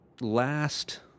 last